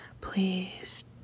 Please